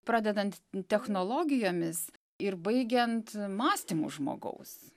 pradedant technologijomis ir baigiant mąstymu žmogaus